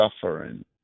suffering